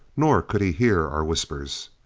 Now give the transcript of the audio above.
nor could he hear our whispers.